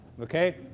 okay